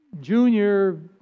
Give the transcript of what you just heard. Junior